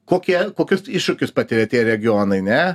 kokie kokius iššūkius patiria tie regionai ne